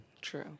True